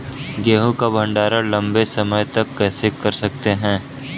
गेहूँ का भण्डारण लंबे समय तक कैसे कर सकते हैं?